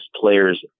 player's